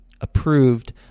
approved